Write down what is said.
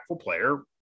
player